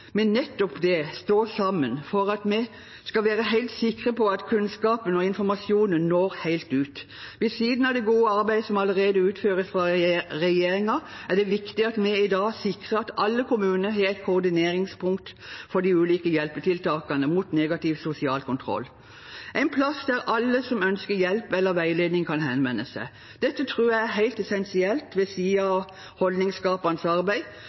sammen for at vi skal være helt sikre på at kunnskapen og informasjonen når helt ut. Ved siden av det gode arbeidet som allerede utføres av regjeringen, er det viktig at vi i dag sikrer at alle kommuner har et koordineringspunkt for de ulike hjelpetiltakene mot negativ sosial kontroll – en plass der alle som ønsker hjelp eller veiledning, kan henvende seg. Dette tror jeg er helt essensielt, ved siden av holdningsskapende arbeid